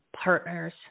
Partners